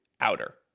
Outer